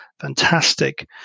fantastic